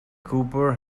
cooper